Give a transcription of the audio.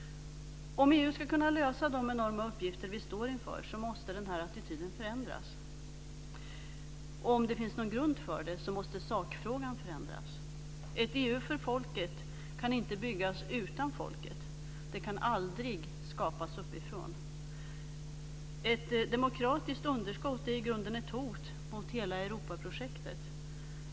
Om EU ska kunna lösa de enorma uppgifter vi står inför måste denna attityd förändras. Om det finns någon grund för det måste sakfrågan förändras. Ett EU för folket kan inte byggas utan folket - det kan aldrig skapas uppifrån. Ett demokratiskt underskott är i grunden ett hot mot hela Europaprojektet.